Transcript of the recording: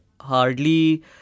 hardly